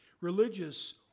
religious